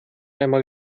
einmal